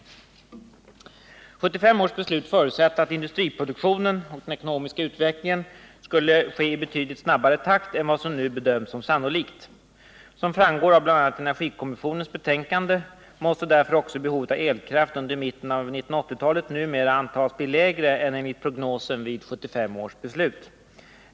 I 1975 års beslut förutsattes att industriproduktionen skulle öka betydligt snabbare än vad som nu bedöms som sannolikt. Som framgår av bl.a. energikommissionens betänkande måste därför också behovet av elkraft under mitten av 1980-talet numera antas bli lägre än enligt prognosen vid 1975 års beslut.